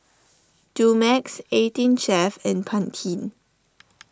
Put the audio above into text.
Dumex eighteen Chef and Pantene